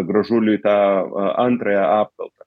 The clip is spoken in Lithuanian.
gražuliui tą antrąją apkaltą